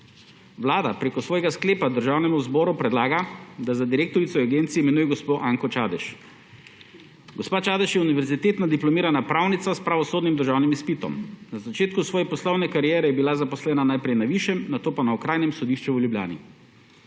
Vlada preko svojega sklepa Državnemu zboru predlaga, da za direktorico Agencije imenuje gospo Anko Čadež. Gospa Čadež je univ. dipl. pravnica s pravosodnim državnim izpitom. Na začetku svoje poslovne kariere je bila zaposlena najprej na Višjem, nato pa na Okrajnem sodišču v Ljubljani.